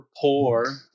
poor